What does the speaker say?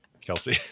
Kelsey